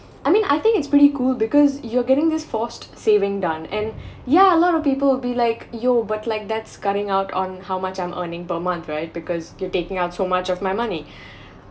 I mean I think it's pretty cool because you're getting this forced saving done and yeah a lot of people will be like you but like that's cutting out on how much I'm earning per month right because you're taking out so much of my money